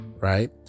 right